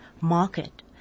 market